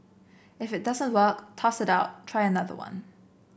if it doesn't work toss it out try another one